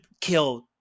killed